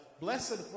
Blessed